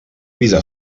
vida